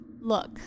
Look